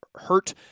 hurt